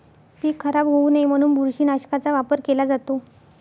पीक खराब होऊ नये म्हणून बुरशीनाशकाचा वापर केला जातो